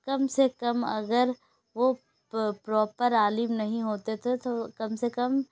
کم سے کم اگر وہ پراپر عالم نہیں ہوتے تھے تو کم سے کم